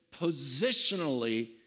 positionally